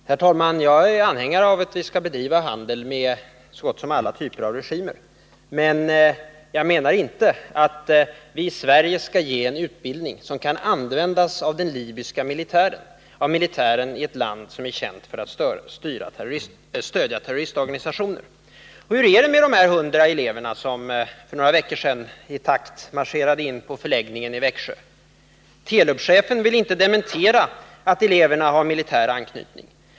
Herr talman! Jag är anhängare av att vi skall bedriva handel med så gott som alla typer av regimer. Men jag menar att vi i Sverige inte skall ge en utbildning som kan användas av den libyska militären, av militären i ett land som är känt för att stödja terroristorganisationer. Hur är det med de 100 eleverna som för några veckor sedan i takt marscherade in på förläggningen i Växjö? Telubchefen vill inte dementera att eleverna har militär anknytning.